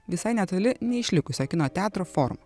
visai netoli neišlikusio kino teatro forumo